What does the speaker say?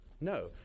No